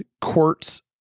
quartz